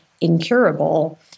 incurable